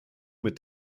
mit